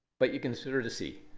but you consider to see